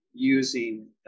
using